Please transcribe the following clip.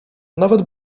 nawet